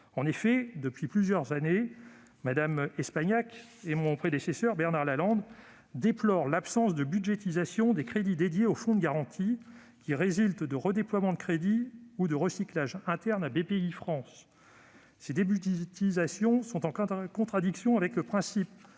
En effet, depuis plusieurs années, Mme Espagnac et mon prédécesseur, Bernard Lalande, déplorent l'absence de budgétisation des crédits dédiés aux fonds de garantie, qui résultent de redéploiements de crédits ou de recyclages internes à Bpifrance. Ces débudgétisations sont en contradiction avec le principe